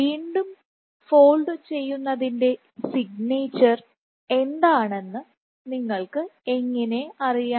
വീണ്ടും ഫോൾഡ് ചെയ്യുന്നതിൻറെ സിഗ്നേച്ചർ എന്താണെന്ന് നിങ്ങൾക്ക് എങ്ങനെ അറിയാം